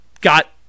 Got